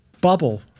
bubble